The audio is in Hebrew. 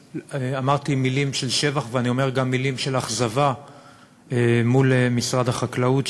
אמרתי מילים של שבח ואני אומר גם מילים של אכזבה מול משרד החקלאות,